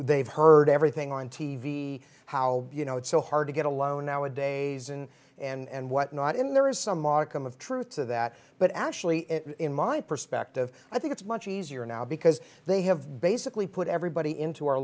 they've heard everything on t v how do you know it's so hard to get a loan nowadays and and what not in there is some modicum of truth to that but actually in my perspective i think it's much easier now because they have basically put everybody into our